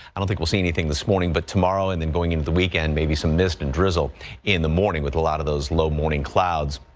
i don't think we'll see anything this morning, but tomorrow, and then going through the weekend, maybe some mist and drizzle in the morning with a lot of those low morning clouds.